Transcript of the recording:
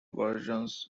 versions